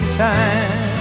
time